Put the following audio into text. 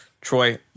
Troy